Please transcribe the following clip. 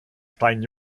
stein